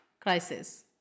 crisis